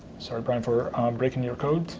sorry, brian, for breaking your code.